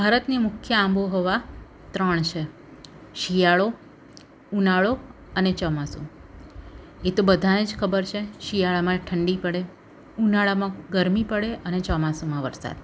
ભારતની મુખ્ય આબોહવા ત્રણ છે શિયાળો ઉનાળો અને ચોમાસું એ તો બધાને જ ખબર છે શિયાળામાં ઠંડી પડે ઉનાળામાં ગરમી પડે અને ચોમાસામાં વરસાદ